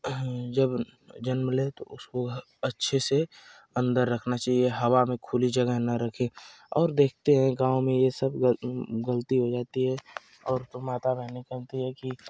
जब जन्म ले तो उसको अच्छे से अंदर रखना चाहिए हवा में खुली जगह ना रखें और देखते हैं गाँव में ये सब घूमती रहती है और तो माता बहनें कहती है कि